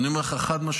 ואני אומר לך חד-משמעית,